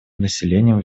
населением